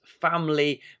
family